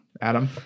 adam